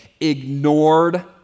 ignored